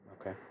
Okay